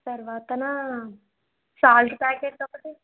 తర్వాత నా salt packet ఒకటి